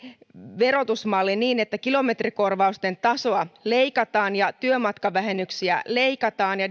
verotusmalli niin että kilometrikorvausten tasoa leikataan ja työmatkavähennyksiä leikataan ja